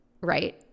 right